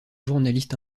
journaliste